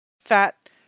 fat